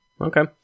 Okay